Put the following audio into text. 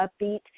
upbeat